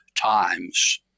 times